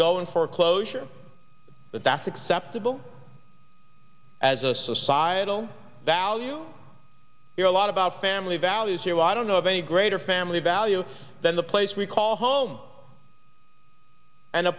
go in foreclosure but that's acceptable as a societal value you know a lot about family values you know i don't know of any greater family value than the place we call home and a